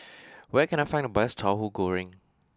where can I find the best Tauhu Goreng